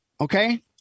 Okay